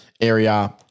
area